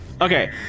Okay